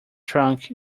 trunk